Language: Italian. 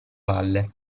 valle